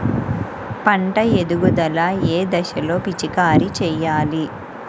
పంట ఎదుగుదల ఏ దశలో పిచికారీ చేయాలి?